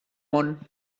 món